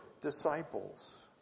disciples